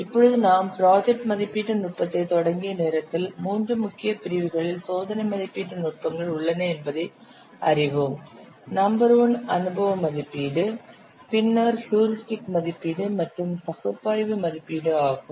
இப்பொழுது நாம் ப்ராஜெக்ட் மதிப்பீட்டு நுட்பத்தைத் தொடங்கிய நேரத்தில் 3 முக்கிய பிரிவுகளில் சோதனை மதிப்பீட்டு நுட்பங்கள் உள்ளன என்பதை அறிவோம் நம்பர் ஒன் அனுபவ மதிப்பீடு பின்னர் ஹியூரிஸ்டிக் மதிப்பீடு மற்றும் பகுப்பாய்வு மதிப்பீடு ஆகும்